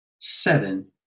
seven